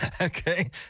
Okay